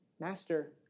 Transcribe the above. Master